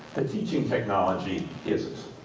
the teaching technology isn't.